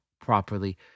properly